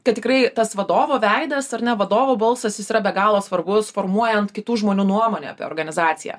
kad tikrai tas vadovo veidas ar ne vadovo balsas jis yra be galo svarbus formuojant kitų žmonių nuomonę apie organizaciją